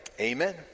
amen